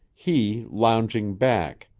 he lounging back,